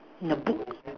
in a book